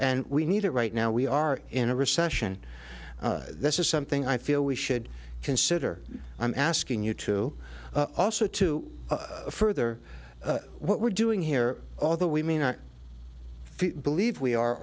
and we need it right now we are in a recession this is something i feel we should consider i'm asking you to also to further what we're doing here although we may not believe we are